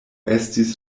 estis